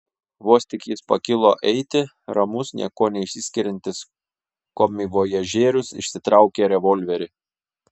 vos tik jis pakilo eiti ramus niekuo neišsiskiriantis komivojažierius išsitraukė revolverį